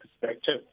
perspective